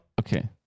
okay